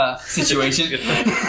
situation